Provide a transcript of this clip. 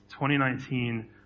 2019